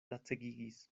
lacegigis